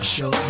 Show